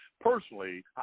Personally